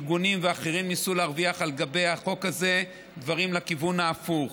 ארגונים ואחרים ניסו להרוויח על גבי החוק הזה דברים לכיוון ההפוך.